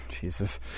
jesus